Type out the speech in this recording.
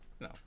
No